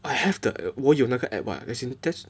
I have the 我有那个 app [what] as in that's